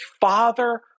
father